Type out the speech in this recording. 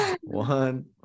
One